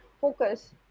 focus